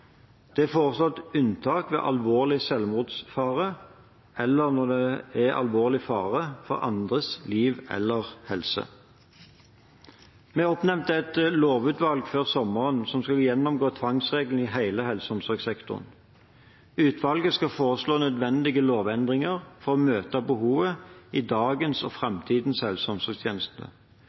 Det er foreslått unntak ved alvorlig selvmordsfare eller når det er alvorlig fare for andres liv eller helse. Vi oppnevnte et lovutvalg før sommeren som skal gå igjennom tvangsreglene i hele helse- og omsorgssektoren. Utvalget skal foreslå nødvendige lovendringer for å møte behovet i dagens og framtidens helse- og omsorgstjeneste.